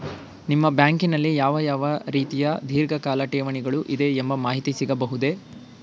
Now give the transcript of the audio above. ನಿಮ್ಮ ಬ್ಯಾಂಕಿನಲ್ಲಿ ಯಾವ ಯಾವ ರೀತಿಯ ಧೀರ್ಘಕಾಲ ಠೇವಣಿಗಳು ಇದೆ ಎಂಬ ಮಾಹಿತಿ ಸಿಗಬಹುದೇ?